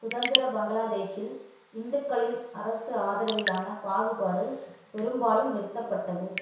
சுதந்திர பங்களாதேஷில் இந்துக்களின் அரசு ஆதரவிலான பாகுபாடு பெரும்பாலும் நிறுத்தப்பட்டது